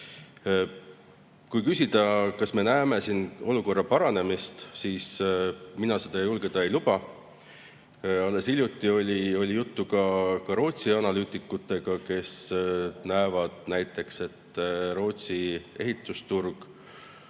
Kui küsida, kas me näeme olukorra paranemist, siis mina seda lubada ei julge. Alles hiljuti oli juttu ka Rootsi analüütikutega, kes näevad, et Rootsi ehitusturg